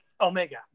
Omega